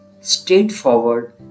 straightforward